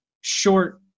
short